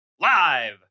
Live